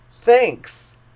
Thanks